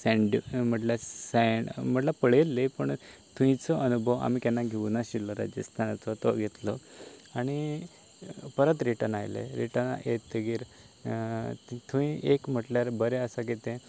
सॅण म्हणल्या सँड म्हटल्या पळयल्ली पूण थुंयचो अनुभव आमी केन्ना घेवंक नाशिल्लो राजस्थानाचो तो घेतलो आनी परत रिटर्न आयले रिटर्न येतगीर थंय एक म्हटल्यार बरें आसा की तें